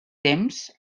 temps